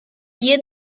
pie